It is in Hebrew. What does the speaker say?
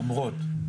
למרות.